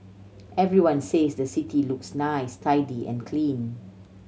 everyone says the city looks nice tidy and clean